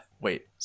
Wait